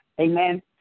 Amen